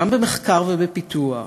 גם במחקר ובפיתוח,